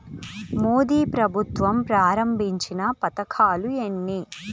మోదీ ప్రభుత్వం ప్రారంభించిన పథకాలు ఎన్ని?